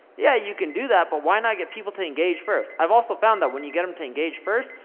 yeah, you can do that but why not get people to engage first. i've also found that when you get them to engage first,